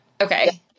Okay